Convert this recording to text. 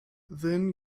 then